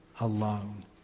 alone